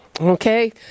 Okay